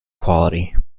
quality